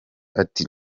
ati